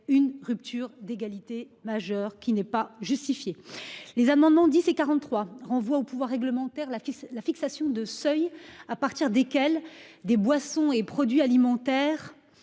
une rupture d'égalité qui n'est pas justifiée. Les amendements n 43 et 10 visent à renvoyer au pouvoir réglementaire la fixation de seuils à partir desquels des boissons et produits alimentaires